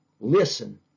Listen